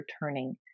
returning